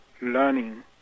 learning